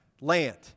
Land